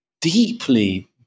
deeply